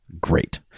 great